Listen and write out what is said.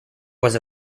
was